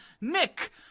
Nick